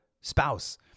spouse